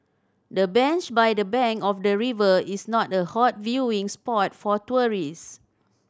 the bench by the bank of the river is not a hot viewing spot for tourists